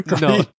No